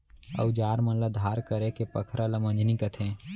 अउजार मन ल धार करेके पखरा ल मंजनी कथें